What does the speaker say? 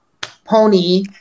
pony